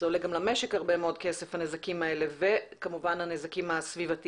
הנזקים האלה גם עולים למשק הרבה מאוד כסף וכמובן הנזקים הסביבתיים.